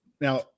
Now